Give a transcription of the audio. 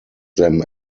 them